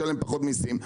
נשלם פחות מיסים,